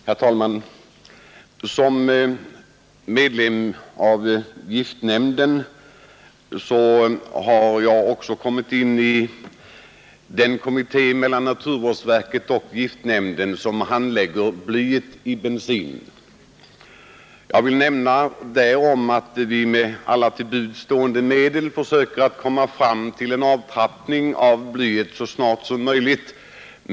Herr talman! Som medlem av giftnämnden har jag också blivit invald i den kommitté mellan naturvårdsverket och giftnämnden som handlägger blyet i bensinen. Jag vill nämna att vi med alla till buds stående medel försöker komma fram till en nedtrappning av blyhalten så snart som möjligt.